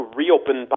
reopen